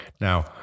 Now